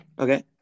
Okay